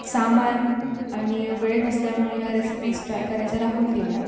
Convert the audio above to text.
सामान आणि वेळ नसल्यामुळे ह्या रेसिपीस ट्राय करायच्या राहून गेल्या